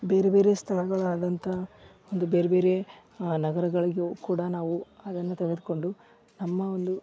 ಬೇರೆ ಬೇರೆ ಸ್ಥಳಗಳಾದಂತಹ ಒಂದು ಬೇರೆ ಬೇರೆ ನಗರಗಳಿಗೂ ಕೂಡ ನಾವು ಅದನ್ನು ತೆಗೆದುಕೊಂಡು ನಮ್ಮ ಒಂದು